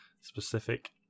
specific